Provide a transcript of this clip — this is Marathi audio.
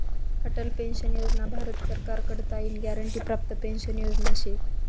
अटल पेंशन योजना भारत सरकार कडताईन ग्यारंटी प्राप्त पेंशन योजना शे